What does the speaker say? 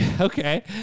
Okay